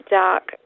dark